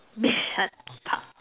Bishan Park